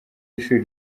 w’ishuri